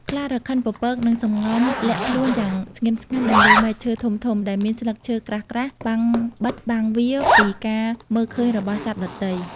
ខ្លារខិនពពកនឹងសំងំលាក់ខ្លួនយ៉ាងស្ងៀមស្ងាត់នៅលើមែកឈើធំៗ ដែលមានស្លឹកឈើក្រាស់ៗបាំងបិទបាំងវាពីការមើលឃើញរបស់សត្វដទៃ។